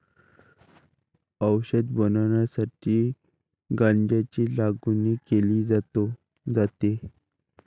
औषध बनवण्यासाठी गांजाची लागवड केली जाते